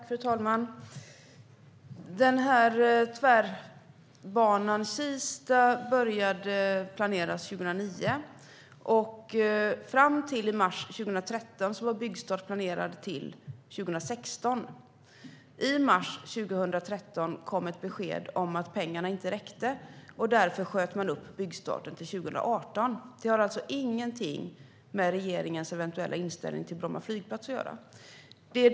Fru talman! Tvärbanan Kista började planeras 2009. Fram till mars 2013 var byggstart planerad till 2016. I mars 2013 kom ett besked om att pengarna inte räckte, och därför sköt man upp byggstarten till 2018. Det har alltså ingenting med regeringens eventuella inställning till Bromma flygplats att göra.